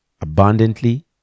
abundantly